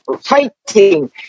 fighting